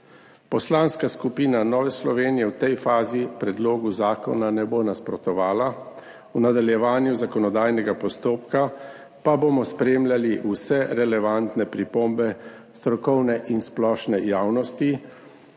Poslanska skupina Nove Slovenije v tej fazi predlogu zakona ne bo nasprotovala, v nadaljevanju zakonodajnega postopka pa bomo spremljali vse relevantne pripombe strokovne in splošne javnosti